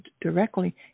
directly